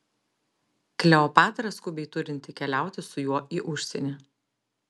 kleopatra skubiai turinti keliauti su juo į užsienį